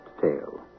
tale